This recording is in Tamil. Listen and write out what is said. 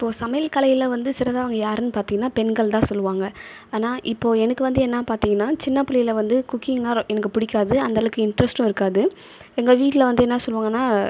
இப்போது சமையல் கலைகளில் வந்து சிறந்தவங்கள் யாருன்னு பார்த்தீங்கன்னா பெண்கள் தான் சொல்லுவாங்கள் ஆனால் இப்போது எனக்கு வந்து என்ன பார்த்தீங்கன்னா சின்ன பிள்ளையில் வந்து குக்கிங்னால் எனக்கு பிடிக்காது அந்த அளவுக்கு இன்டெரெஸ்ட்டும் இருக்காது எங்கள் வீட்டில் வந்து என்ன சொல்லுவாங்கன்னால்